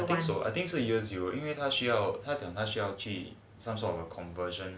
I think so I think 是 year zero 因为他需要他讲他需要去 some sort of a conversion